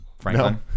Franklin